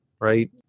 right